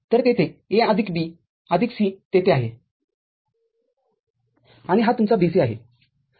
तरतेथे A आदिक B आदिक C तेथे आहेआणि हा तुमचा BC आहे